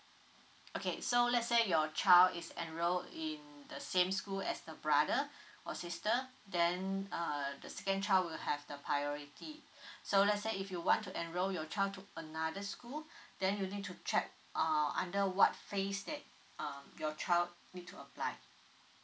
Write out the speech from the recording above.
okay so let's say your child is enrolled in the same school as a brother or sister then uh the second child will have the priority so let's say if you want to enroll your child to another school then you need to check uh under what phase that uh your child need to apply